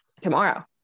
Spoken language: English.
Tomorrow